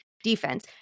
defense